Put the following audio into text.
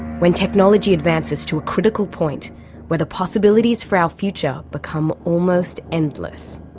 when technology advances to a critical point where the possibilities for our future become almost endless.